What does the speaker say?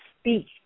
speak